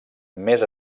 més